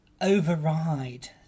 override